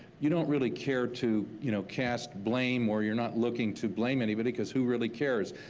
you don't really care to you know cast blame or you're not looking to blame anybody, because who really cares?